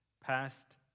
past